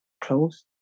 close